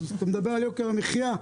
אתה מדבר על יוקר המחיה,